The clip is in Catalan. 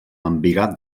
embigat